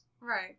right